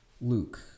Luke